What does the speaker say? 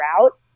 out